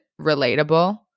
relatable